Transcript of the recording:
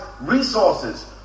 resources